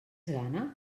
gana